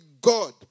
God